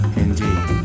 indeed